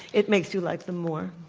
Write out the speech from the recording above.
it makes you like them more.